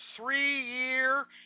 three-year